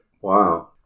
Wow